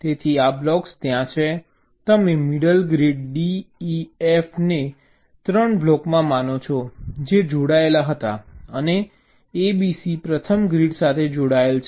તેથી આ બ્લોક્સ ત્યાં છે તમે middle grid D E F ને 3 બ્લોક માનો છો જે જોડાયેલા હતા અને A B C પ્રથમ ગ્રીડ સાથે જોડાયેલા છે